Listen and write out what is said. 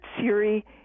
Siri